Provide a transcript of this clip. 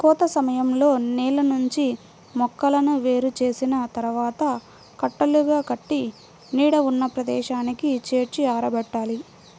కోత సమయంలో నేల నుంచి మొక్కలను వేరు చేసిన తర్వాత కట్టలుగా కట్టి నీడ ఉన్న ప్రదేశానికి చేర్చి ఆరబెట్టాలి